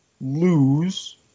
lose